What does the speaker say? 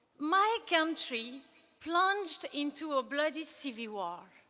my country plunged into a bloody civil war.